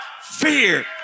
fear